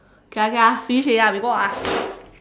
okay ah okay ah finish already ah we go out ah